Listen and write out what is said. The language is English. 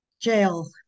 Jail